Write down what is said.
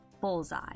Bullseye